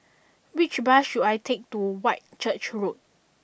which bus should I take to Whitchurch Road